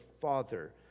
father